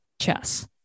chess